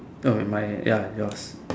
that will be mine eh ya yours